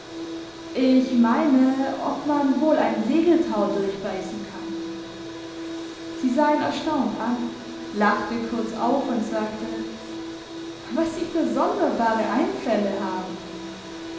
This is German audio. ich meine ob man wohl ein segeltau durchbeissen kann sie sah ihn erstaunt an lachte kurz auf und sagte was sie für sonderbare einfälle haben